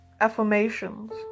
Affirmations